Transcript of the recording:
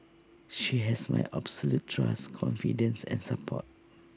she has my absolute trust confidence and support